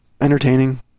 entertaining